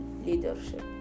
leadership